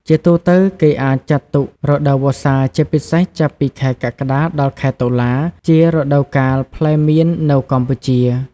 ជាទូទៅ គេអាចចាត់ទុក រដូវវស្សា ជាពិសេសចាប់ពី ខែកក្កដាដល់ខែតុលា ជារដូវកាលផ្លែមៀននៅកម្ពុជា។